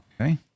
okay